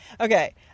Okay